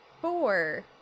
four